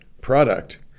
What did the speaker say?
product